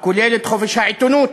הכולל את חופש העיתונות,